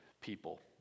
people